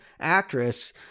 actress